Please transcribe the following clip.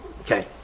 Okay